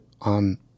on